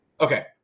okay